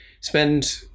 spend